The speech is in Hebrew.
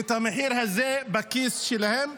את המחיר הזה בכיס שלהם.